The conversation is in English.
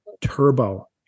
Turbo